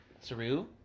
Saru